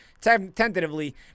tentatively